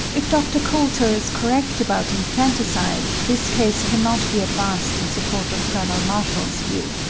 if dr. coulter is correct about infanticide, this case cannot be advanced in support of colonel marshall's view.